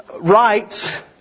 rights